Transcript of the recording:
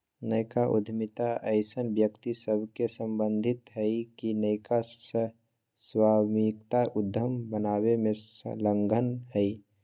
नयका उद्यमिता अइसन्न व्यक्ति सभसे सम्बंधित हइ के नयका सह स्वामित्व उद्यम बनाबे में संलग्न हइ